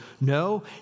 No